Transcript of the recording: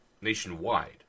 nationwide